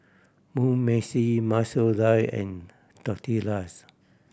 Mugi Meshi Masoor Dal and Tortillas